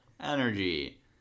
energy